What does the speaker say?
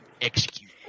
execute